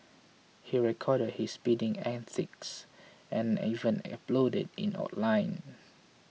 he recorded his speeding antics and even uploaded it online